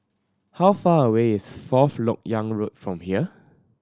how far away is Fourth Lok Yang Road from here